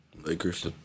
Lakers